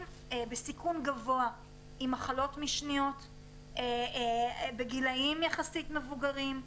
בסיכון גבוה עם מחלות משניות ובגילים יחסית מבוגרים.